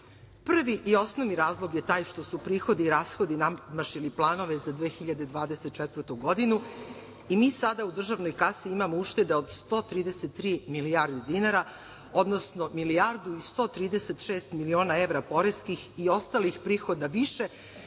i osnovni razlog je taj što su prihodi i rashodi nadmašili planove za 2024. godinu i mi sada u državnoj kasi imamo uštede od 133 milijarde dinara, odnosno milijardu i 136 miliona evra poreskih i ostalih prihoda više